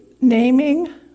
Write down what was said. naming